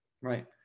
Right